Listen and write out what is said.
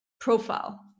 profile